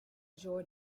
jaw